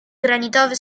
granitowy